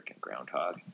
Groundhog